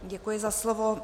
Děkuji za slovo.